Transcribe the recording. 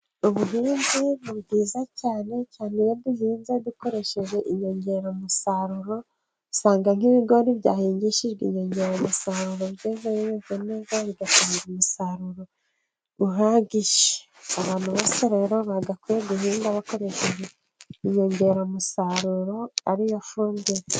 Ubuhinzi ni bwiza cyane cyane iyo duhinze dukoresheje inyongeramusaruro, usanga nk'ibigori byahingishijwe inyongeramusaruro byeze bimeze neza bigatanga umusaruro uhagije, abantu bosa rero bagakwiye guhinga bakoresheje inyongeramusaruro ariyo fumbire.